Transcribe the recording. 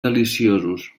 deliciosos